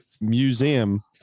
museum